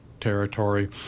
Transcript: territory